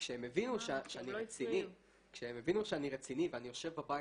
וכשהם הבינו שאני רציני ואני יושב בבית